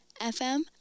FM